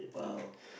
!wow!